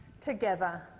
together